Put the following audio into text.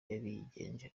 yabigenje